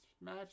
match